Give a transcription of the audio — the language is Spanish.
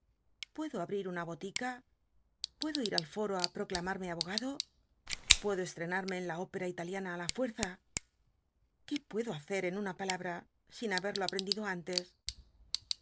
puedo abri l una bc hica puedo ir al foro á proclammmc abogado puedo eshenarme en la ópem italiana la fuel'za qué puedo hacer en una palabr a sin haberlo aprendido antes